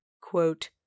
quote